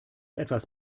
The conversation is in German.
etwas